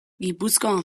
gipuzkoan